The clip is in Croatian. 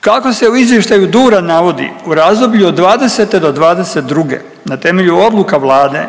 Kako se u izvještaju dalje navodi, u razdoblju od '20. do '22. na temelju odluka Vlade